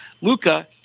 Luca